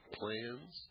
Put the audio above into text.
plans